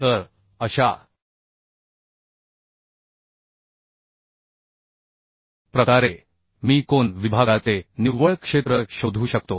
तर अशा प्रकारे मी कोन विभागाचे निव्वळ क्षेत्र शोधू शकतो